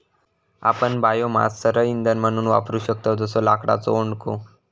आपण बायोमास सरळ इंधन म्हणून वापरू शकतव जसो लाकडाचो ओंडको